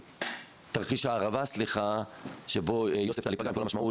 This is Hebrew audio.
תרחיש הערבה שבו יוספטל ייפגע עם כל המשמעות